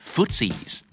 Footsies